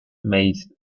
maize